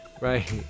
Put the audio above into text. right